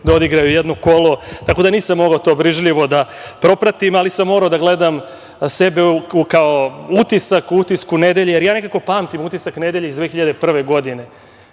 da odigraju jedno kolo, tako da nisam mogao to brižljivo da propratim, ali sam morao da gledam sebe kao utisak u „Utisku nedelje“, jer ja nekako pamtim „Utisak nedelje“ iz 2001. godine,